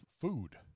food